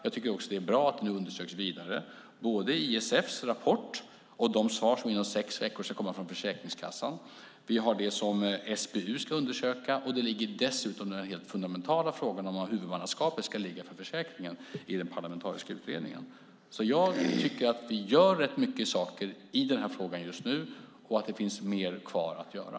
Jag tycker också att det är bra att det nu undersöks vidare både i ISF:s rapport och i de svar som inom sex veckor ska komma från Försäkringskassan. Vi har det som SBU ska undersöka. Det ligger dessutom i den helt fundamentala frågan om var huvudmannaskapet ska ligga för försäkringen i den parlamentariska utredningen. Jag tycker att vi gör rätt mycket i den här frågan just nu och att det finns mer kvar att göra.